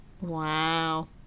Wow